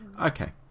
Okay